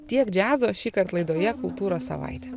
tiek džiazo šįkart laidoje kultūros savaitė